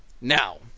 now